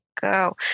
go